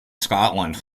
scotland